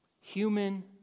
Human